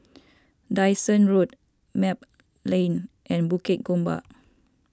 Dyson Road Map Lane and Bukit Gombak